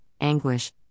anguish